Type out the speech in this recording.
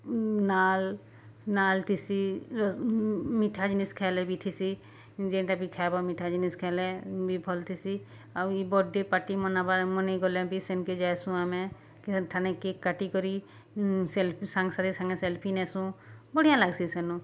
null ନାଲ୍ ଥିସି ମିଠା ଜିନିଷ୍ ଖାଏଲେ ବି ଥିସି ଯେନ୍ଟା ବି ଖାଏବ ମିଠା ଜିନିଷ୍ ଖାଏଲେ ବି ଭଲ୍ ଥିସି ଆଉ ଇ ବର୍ଥଡ଼େ ପାର୍ଟି ମନାବା ମନେଇ ଗଲେ ବି ସେନ୍କେ ଯାଏସୁଁ ଆମେ ଠାନେ କେକ୍ କାଟିକରି ସେଲ୍ଫି ସାଙ୍ଗେ ସାଥି ସାଙ୍ଗେ ସେଲ୍ଫି ନେସୁଁ ବଢ଼ିଆ ଲାଗ୍ସି ସେନୁ